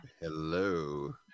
Hello